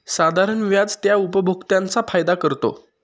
साधारण व्याज त्या उपभोक्त्यांचा फायदा करतो